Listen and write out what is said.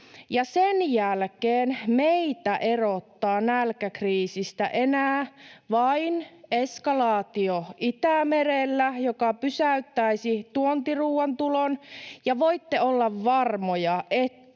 Sen jälkeen meitä erottaa nälkäkriisistä enää vain eskalaatio Itämerellä, joka pysäyttäisi tuontiruuan tulon, ja voitte olla varmoja, että